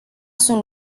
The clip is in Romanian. sunt